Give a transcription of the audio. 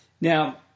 Now